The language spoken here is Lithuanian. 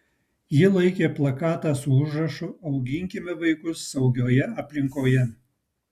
ji laikė plakatą su užrašu auginkime vaikus saugioje aplinkoje